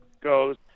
goes